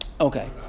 Okay